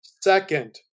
second